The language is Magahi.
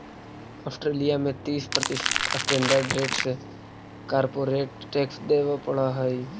ऑस्ट्रेलिया में तीस प्रतिशत स्टैंडर्ड रेट से कॉरपोरेट टैक्स देवे पड़ऽ हई